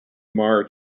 marr